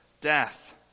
death